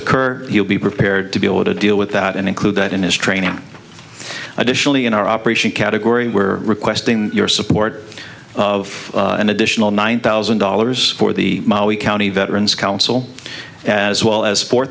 occur he'll be prepared to be able to deal with that and include that in his training additionally in our operation category we're requesting your support of an additional nine thousand dollars for the county veteran's council as well as four